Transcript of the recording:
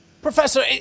Professor